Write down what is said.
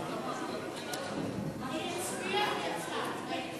היא הצביעה ויצאה.